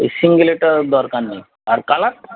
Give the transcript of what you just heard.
এই সিঙ্গলেরটা দরকার নেই আর কালার